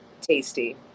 tasty